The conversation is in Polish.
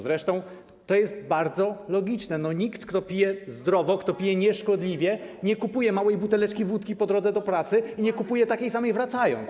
Zresztą to jest bardzo logiczne, nikt, kto pije zdrowo, kto pije nieszkodliwie, nie kupuje małej buteleczki wódki po drodze do pracy i nie kupuje takiej samej, wracając.